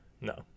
No